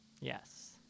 Yes